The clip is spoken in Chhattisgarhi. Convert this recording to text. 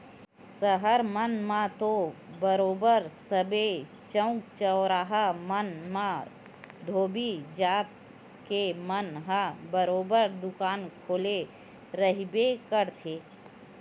सहर मन म तो बरोबर सबे चउक चउराहा मन म धोबी जात के मन ह बरोबर दुकान खोले रहिबे करथे